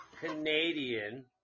Canadian